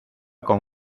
con